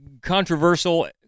controversial